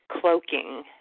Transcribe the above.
cloaking